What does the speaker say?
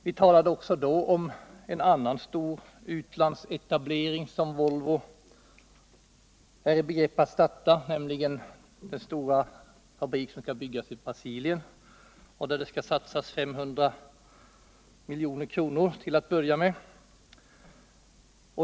Vi talade då också om den stora utlandsetablering som Volvo stod i begrepp att starta, nämligen den stora fabrik som skall byggas i Brasilien, där det skall satsas 500 milj.kr. till en början.